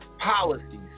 policies